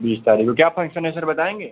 बीस तारीख़ को क्या फन्क्शन है सर बताएँगे